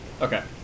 Okay